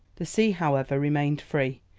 the sea, however, remained free,